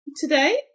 today